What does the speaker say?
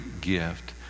gift